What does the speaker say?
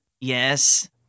Yes